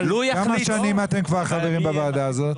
כמה שנים אתם כבר חברים בוועדה הזאת?